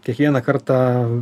kiekvieną kartą